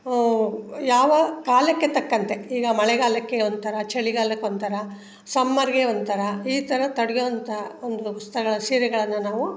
ಯಾವ ಕಾಲಕ್ಕೆ ತಕ್ಕಂತೆ ಈಗ ಮಳೆಗಾಲಕ್ಕೆ ಒಂಥರ ಚಳಿಗಾಲಕ್ಕೆ ಒಂಥರ ಸಮ್ಮರ್ಗೆ ಒಂಥರ ಈ ಥರ ತಡೆಯೋ ಅಂತ ಒಂದು ಸ್ಥಳ ಸೀರೆಗಳನ್ನು ನಾವು